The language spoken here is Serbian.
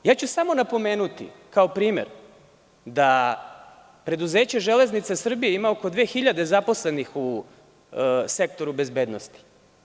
Napomenuću kao primer da preduzeće „Železnice Srbije“ ima oko 2000 zaposlenih u sektoru bezbednosti.